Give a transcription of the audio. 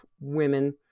women